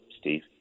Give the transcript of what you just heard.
Steve